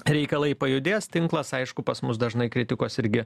reikalai pajudės tinklas aišku pas mus dažnai kritikos irgi